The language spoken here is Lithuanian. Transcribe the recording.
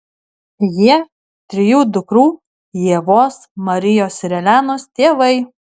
jie trijų dukrų ievos marijos ir elenos tėvai